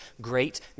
great